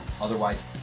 Otherwise